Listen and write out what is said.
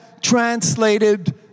translated